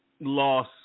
loss